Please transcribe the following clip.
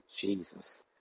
Jesus